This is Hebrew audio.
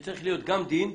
שצריך להיות גם דין,